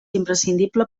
imprescindible